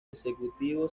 consecutivo